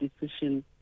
decision